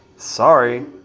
Sorry